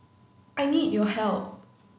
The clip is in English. I need your help